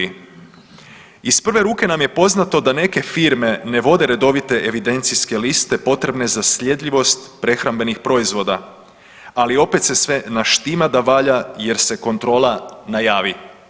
Iz prve ruke nam je poznato da neke firme ne vode redovite evidencijske liste potrebne za sljedivost prehrambenih proizvoda ali opet se sve naštima da valja jer se kontrola najavi.